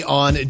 on